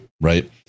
right